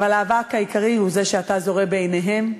אבל האבק העיקרי הוא זה שאתה זורה בעיניהם ובעינינו.